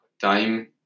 time